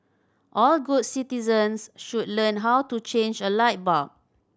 all good citizens should learn how to change a light bulb